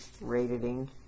rating